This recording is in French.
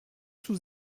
sous